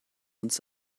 uns